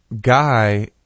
guy